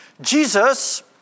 Jesus